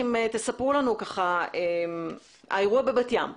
ספרו לנו איך התחיל כל האירוע בבת ים.